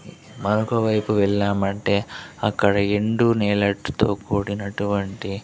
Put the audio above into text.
మరొకవైపు వెళ్ళినామంటే అక్కడ ఎండు నేలెట్తో కూడినటువంటి